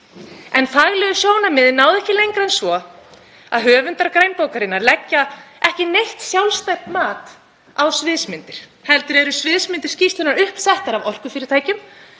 En faglegu sjónarmiðin náðu ekki lengra en svo að höfundar grænbókarinnar leggja ekki neitt sjálfstætt mat á sviðsmyndir heldur eru sviðsmyndir skýrslunnar uppsettar af orkufyrirtækjum